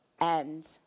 end